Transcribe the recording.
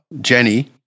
Jenny